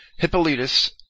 Hippolytus